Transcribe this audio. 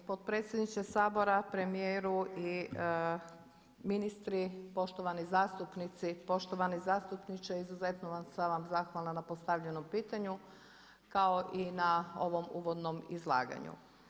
Poštovani potpredsjedniče Sabora, premijeru i ministri, poštovani zastupnici, poštovani zastupniče izuzetno sam vam zahvalna na postavljenom pitanju kao i na ovom uvodnom izlaganju.